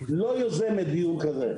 לא יוזמת דיון כזה.